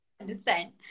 understand